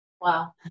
Wow